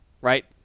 right